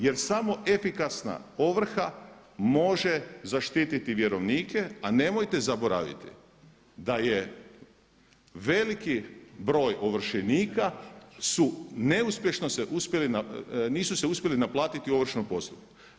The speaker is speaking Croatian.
Jer samo efikasna ovrha može zaštititi vjerovnike, a nemojte zaboraviti da je veliki broj ovršenika su neuspješno se uspjeli, nisu se uspjeli naplatiti u ovršnom postupku.